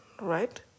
right